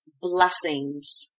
blessings